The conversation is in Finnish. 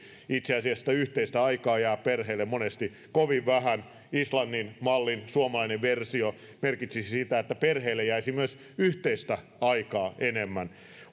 itse asiassa sitä yhteistä aikaa jää perheelle monesti kovin vähän islannin mallin suomalainen versio merkitsisi sitä että perheelle jäisi myös yhteistä aikaa enemmän